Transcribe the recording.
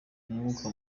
umwuka